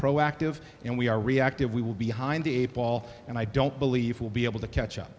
proactive and we are reactive we will be hind the eight ball and i don't believe will be able to catch up